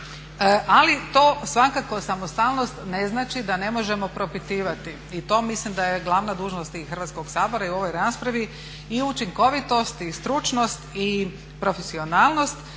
Ali to svakako samostalnost ne znači da ne možemo propitivati. I to mislim da je glavna dužnost i Hrvatskog sabora i u ovoj raspravi i učinkovitost i stručnost i profesionalnost